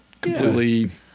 completely